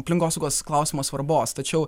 aplinkosaugos klausimo svarbos tačiau